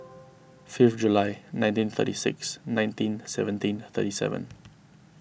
fifth July nineteen thirty six nineteen seventeen thirty seven